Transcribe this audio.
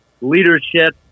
leadership